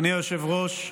אדוני היושב-ראש,